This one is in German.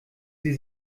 sie